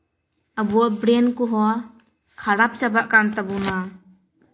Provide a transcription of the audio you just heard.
ᱟᱵᱚᱣᱟᱜ ᱵᱨᱮᱱ ᱠᱚᱦᱚᱸ ᱠᱷᱟᱨᱟᱯ ᱪᱟᱵᱟᱜ ᱠᱟᱱ ᱛᱟᱵᱚᱱᱟ